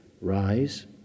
Rise